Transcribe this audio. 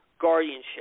guardianship